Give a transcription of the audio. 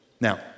Now